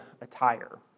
attire